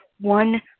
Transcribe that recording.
one